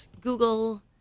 Google